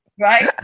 Right